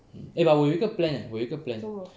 mm eh but 我有一个 plan 我有一个 plan